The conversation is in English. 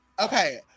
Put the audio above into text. Okay